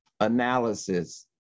analysis